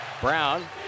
Brown